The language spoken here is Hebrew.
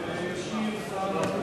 ישיב שר התקשורת,